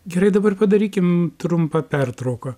gerai dabar padarykim trumpą pertrauką